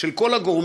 של כל הגורמים,